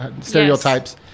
stereotypes